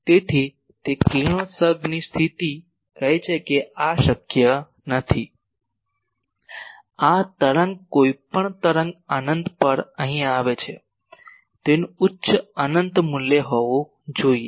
તેથી તે કિરણોત્સર્ગની સ્થિતિ કહે છે કે આ શક્ય નથી આ તરંગ કોઈપણ તરંગ અનંત પર અહીં આવે છે તેનું ઉચ્ચ અનંત મૂલ્ય હોવું જોઈએ